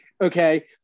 Okay